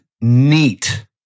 NEAT